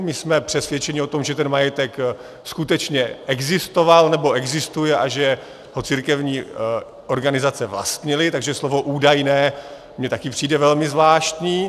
My jsme přesvědčeni o tom, že ten majetek skutečně existoval nebo existuje a že ho církevní organizace vlastnily, takže slovo údajné mně taky přijde velmi zvláštní.